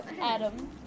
Adam